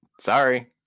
Sorry